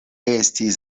estis